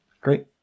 Great